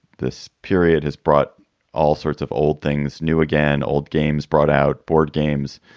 this period has brought all sorts of old things, new again, old games, brought out board games,